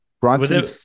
bronson